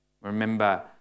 Remember